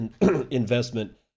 investment